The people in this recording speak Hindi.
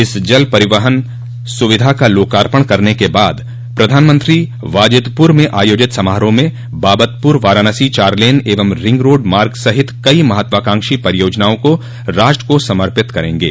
इस जल परिवहन सुविधा का लोकार्पण करने के बाद प्रधानमंत्री वाजिदपुर म आयोजित समारोह में बाबतपुर वाराणसी चार लेन एवं रिंग रोड मार्ग सहित कई महत्वाकांक्षी परियोजनाओं को राष्ट्र को समर्पित करेंगे